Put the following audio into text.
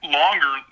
longer